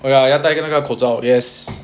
oh ya 要带多一个口罩 yes